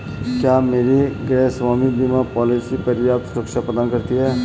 क्या मेरी गृहस्वामी बीमा पॉलिसी पर्याप्त सुरक्षा प्रदान करती है?